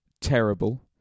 terrible